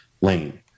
lane